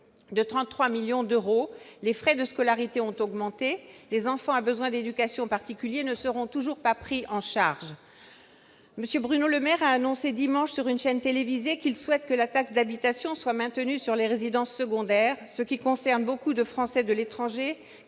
à l'étranger ; les frais de scolarité ont augmenté, et les enfants à besoins éducatifs particuliers ne seront toujours pas pris en charge. M. Bruno Le Maire a annoncé dimanche dernier sur une chaîne télévisée qu'il souhaitait que la taxe d'habitation soit maintenue sur les résidences secondaires ; cela concerne beaucoup de Français de l'étranger,